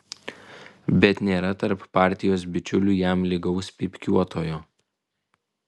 bet nėra tarp partijos bičiulių jam lygaus pypkiuotojo